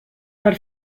per